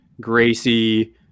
Gracie